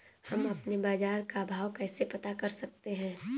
हम अपने बाजार का भाव कैसे पता कर सकते है?